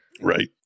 Right